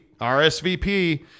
RSVP